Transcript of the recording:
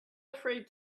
afraid